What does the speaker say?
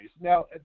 Now